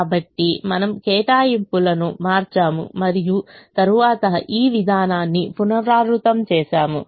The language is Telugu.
కాబట్టి మనము కేటాయింపులను మార్చాము మరియు తరువాత ఈ విధానాన్ని పునరావృతం చేస్తాము